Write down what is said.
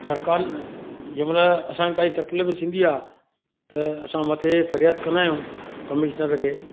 सरकारि जंहिं महिल असांखे काई तकलीफ़ थींदी आहे त असां मथे फ़रियाद कंदा आहियूं कमिशनर खे